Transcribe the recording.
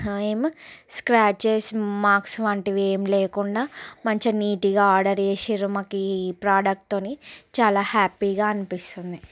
ఏం scratches marks వంటివి ఏం లేకుండా మంచిగా నీట్గా ఆర్డర్ చేసిర్రు మాకు ఈ ప్రోడక్ట్తోని చాలా హ్యాపీగా అనిపిస్తుంది